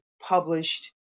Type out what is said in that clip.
published